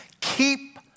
keep